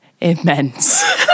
immense